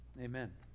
Amen